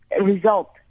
result